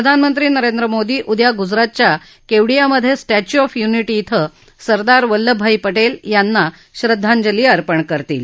प्रधानमंत्री नरेंद्र मोदी उद्या गुजरातच्या केवडियामध्ये स्टॅच्यू ऑफ युनिटी कें सरदार वल्लभभाई पटेल यांना श्रद्धांजली अर्पण करणार आहेत